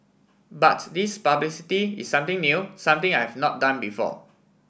but this publicity is something new something I've not done before